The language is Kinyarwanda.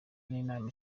n’inama